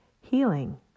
Healing